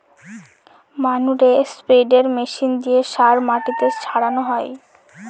ম্যানুরে spreader machine দিয়ে সার মাটিতে ছড়ানো হয়